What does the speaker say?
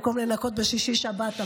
במקום לנקות בשישי-שבת.